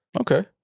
okay